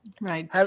Right